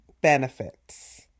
benefits